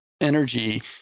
energy